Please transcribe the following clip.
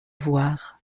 voir